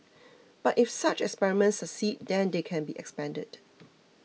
but if such experiments succeed then they can be expanded